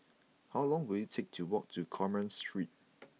how long will it take to walk to Commerce Street